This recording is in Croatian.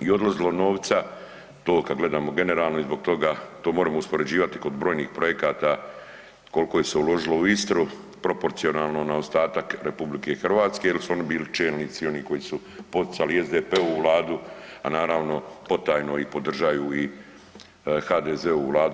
i odlazilo novca, to kada gledamo generalno i zbog toga to moremo uspoređivati kod brojnih projekata koliko se uložilo u Istru, proporcionalno na ostatak RH jel su oni bili čelnici oni koji su poticali i SDP-u vladu, a naravno potajno i podržaju HDZ-ovu vladu.